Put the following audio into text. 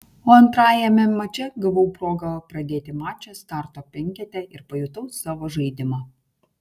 o antrajame mače gavau progą pradėti mačą starto penkete ir pajutau savo žaidimą